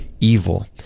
evil